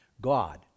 God